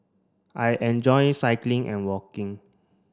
I enjoy cycling and walking